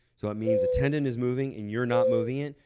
so it means a tendon is moving and you're not moving it,